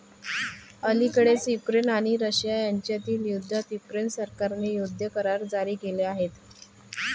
अलिकडेच युक्रेन आणि रशिया यांच्यातील युद्धात युक्रेन सरकारने युद्ध करार जारी केले आहेत